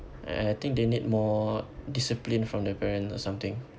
and I think they need more discipline from their parents or something